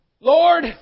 Lord